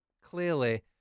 clearly